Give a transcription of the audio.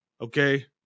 okay